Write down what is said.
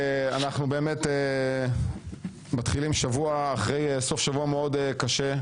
אנחנו באמת מתחילים שבוע אחרי סוף שבוע מאוד קשה,